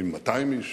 לפעמים 200 איש.